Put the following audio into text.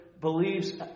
believes